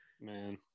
Man